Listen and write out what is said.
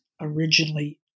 originally